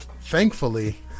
thankfully